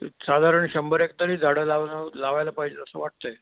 एक साधारण शंभर एक तरी झाडं लावा लावायला पाहिजे असं वाटत आहे